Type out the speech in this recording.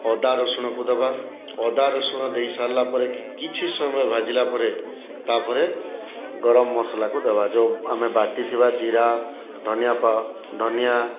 ଅଦା ରସୁଣକୁ ଦେବା ଅଦା ରେସୁଣ ଦେଇସାରିଲାପରେ କିଛିସମୟ ଭାଜିଲା ପରେ ତାପରେ ଗରମ ମସଲାକୁ ଦେବା ଯେଉଁ ଆମେ ବାଟିଥିବା ଜିରା ଧନିଆ ଧନିଆ